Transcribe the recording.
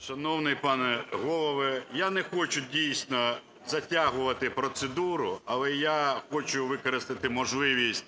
Шановний пане Голово, я не хочу, дійсно, затягувати процедуру, але я хочу використати можливість